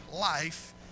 life